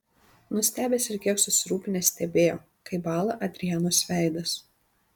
nustebęs ir kiek susirūpinęs stebėjo kaip bąla adrianos veidas